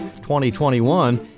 2021